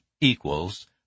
equals